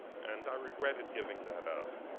and i regretted giving that up.